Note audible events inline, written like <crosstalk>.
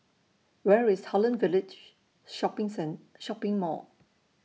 Where IS Holland Village Shopping <unintelligible> Shopping Mall